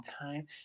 time